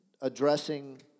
addressing